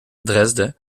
dresde